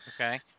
Okay